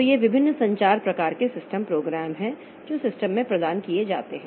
तो ये विभिन्न संचार प्रकार के सिस्टम प्रोग्राम हैं जो सिस्टम में प्रदान किए जाते हैं